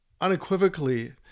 unequivocally